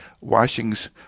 washings